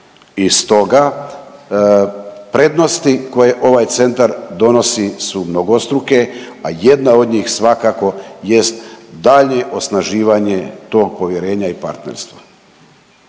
I stoga prednosti koje ovaj centar donosi su mnogostruke, a jedna od njih svakako jest daljnje osnaživanje tog povjerenstva i partnerstva.